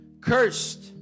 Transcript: cursed